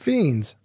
Fiends